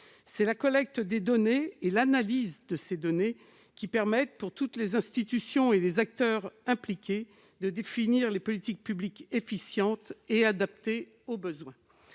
C'est la collecte des données et leur analyse qui permettent, pour toutes les institutions et les acteurs impliqués, de définir les politiques publiques efficientes et adaptées aux besoins.